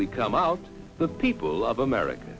we come out the people of america